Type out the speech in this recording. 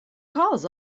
calls